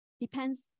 Depends